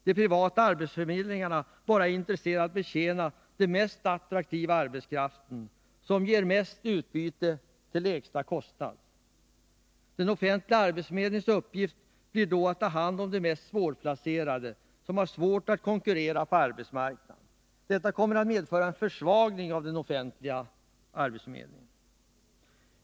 De privata arbetsförmedlingarna är bara intresserade av att betjäna den mest attraktiva arbetskraften, som ger mest utbyte till lägsta kostnad. Den offentliga arbetsförmedlingens uppgift blir då att ta hand om de mest svårplacerade, som har svårt att konkurrera på arbetsmarknaden. Detta kommer att medföra en försvagning av den offentliga arbetsförmedlingen.